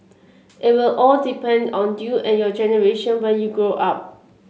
it will all depend on you and your generation when you grow up